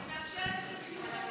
אני מאפשרת את זה, טוב,